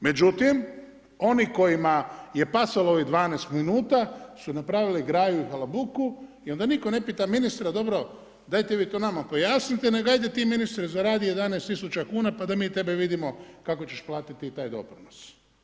Međutim, oni kojima je pasalo ovih 12 min su napravili graju i halabuku i onda nitko ne pita ministra, dobro dajte vi to nama pojasnite nego ajde ti ministre zaradi 11 000 kuna pa da mi tebe vidimo kako ćeš platiti taj doprinos.